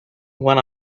when